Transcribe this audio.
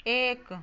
एक